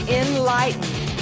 enlightened